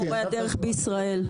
אגודת מורי הדרך בישראל.